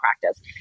practice